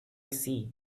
see